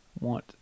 want